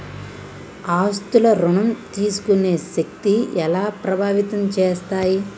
ఆస్తుల ఋణం తీసుకునే శక్తి ఎలా ప్రభావితం చేస్తాయి?